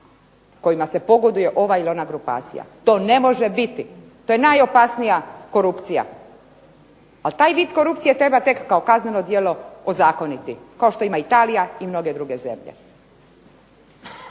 kojima se pogoduje ova ili ona grupacija. To ne može biti. To je najopasnija korupcija. A taj vid korupcije treba tek kao kazneno djelo ozakoniti kao što ima Italija i mnoge druge zemlje.